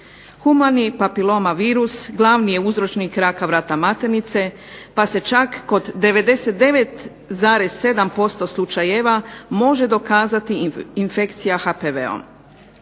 Humani papiloma virus glavni je uzročnik raka vrata maternice, pa se čak kod 99,7% slučajeva može dokazati infekcija HPV-om.